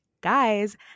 guys